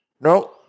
No